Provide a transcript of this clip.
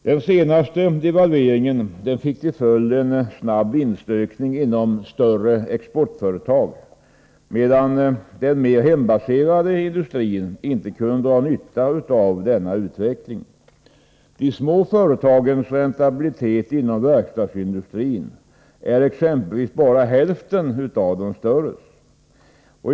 Den senaste devalveringen fick till följd en snabb vinstökning inom större exportföretag, medan den mer hemmabaserade industrin inte kunde dra nytta av denna utveckling. De små företagens räntabilitet inom verkstadsindustrin exempelvis är bara hälften av de större företagens.